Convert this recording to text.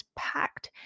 packed